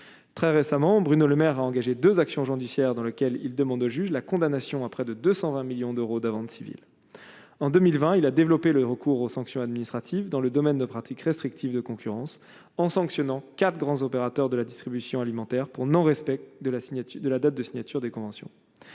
très récemment, Bruno Le Maire a engagé 2 actions judiciaires dans lequel il demande au juge la condamnation à près de 220 millions d'euros d'amende civile en 2020, il a développé le recours aux sanctions administratives dans le domaine de pratiques restrictives de concurrence en sanctionnant 4 grands opérateurs de la distribution alimentaire pour non-respect de la signature de la date de signature des conventions,